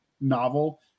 novel